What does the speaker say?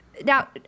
now